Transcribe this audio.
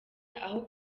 aho